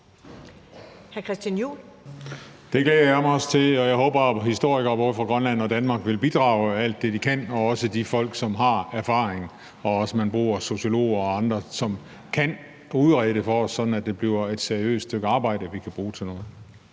Det glæder jeg mig også til. Og jeg håber, at historikere fra både Danmark og Grønland og de folk, som har erfaring, vil bidrage, alt hvad de kan, og at man også bruger sociologer og andre, som kan udrede det for os, sådan at det bliver et seriøst stykke arbejde, vi kan bruge til noget.